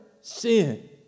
sin